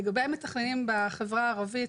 לגבי המתכננים בחברה הערבית,